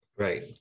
Right